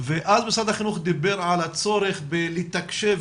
ואז משרד החינוך דיבר על הצורך בלתקשב